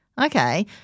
Okay